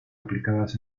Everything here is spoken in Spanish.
aplicadas